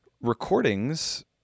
Recordings